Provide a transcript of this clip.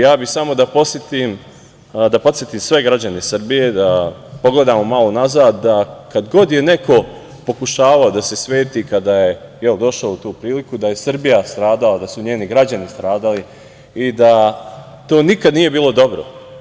Ja bih samo da podsetim sve građane Srbije da pogledamo malo nazad, da kada god je neko pokušavao da se sveti, kada je došao u tu priliku, da je Srbija stradala, da su njeni građani stradali i da to nikad nije bilo dobro.